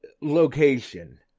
location